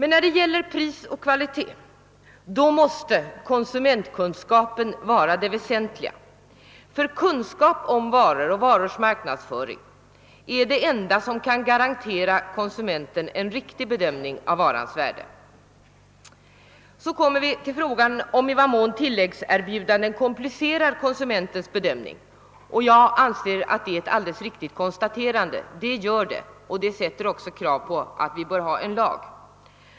När det gäller pris och kvalitet måste konsumentkunskapen vara det väsentliga. För kunskap om varor och varors marknadsföring är det enda som kan garantera konsumenten en riktig bedömning av varans värde. Så kommer vi till frågan om i vad mån tilläggserbjudanden komplicerar konsumentens bedömning. Jag anser nog att de gör det och detta kan motivera lagstiftning på området.